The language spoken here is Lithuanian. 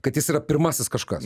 kad jis yra pirmasis kažkas